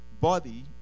body